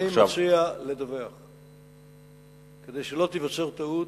אני מציע לדווח כדי שלא תיווצר טעות.